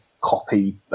copy